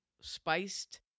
spiced